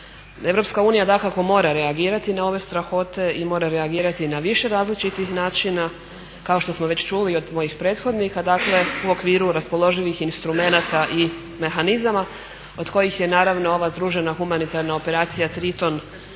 EU dakako mora reagirati na ove strahote i mora reagirati i na više različitih načina. Kao što smo već čuli i od mojih prethodnika dakle u okviru raspoloživih instrumenata i mehanizama od kojih je naravno ova združena humanitarna operacija "TRITON" tek